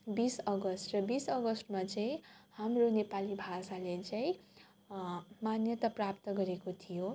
बिस अगस्त र बिस अगस्तमा चाहिँ हाम्रो नेपाली भाषाले चाहिँ मान्यता प्राप्त गरेको थियो